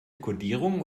kodierung